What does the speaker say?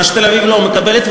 מה שתל-אביב לא מקבלת.